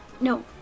No